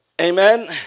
amen